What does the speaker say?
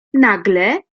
nagle